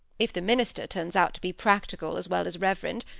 if the minister turns out to be practical as well as reverend,